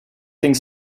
think